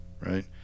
right